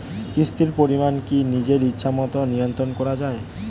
কিস্তির পরিমাণ কি নিজের ইচ্ছামত নিয়ন্ত্রণ করা যায়?